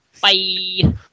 Bye